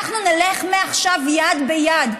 אנחנו נלך מעכשיו יד ביד,